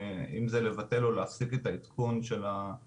אם זה לבטל או להפסיק את העדכון של הטופס